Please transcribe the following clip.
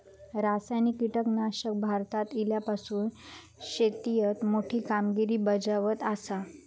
रासायनिक कीटकनाशका भारतात इल्यापासून शेतीएत मोठी कामगिरी बजावत आसा